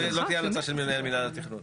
אם זה יהיה בניין של שלוש קומות,